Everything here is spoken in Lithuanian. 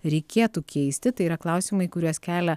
reikėtų keisti tai yra klausimai kuriuos kelia